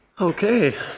Okay